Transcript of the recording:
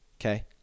Okay